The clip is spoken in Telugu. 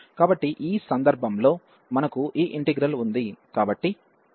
కాబట్టి ఈ సందర్భంలో మనకు ఈ ఇంటిగ్రల్ ఉంది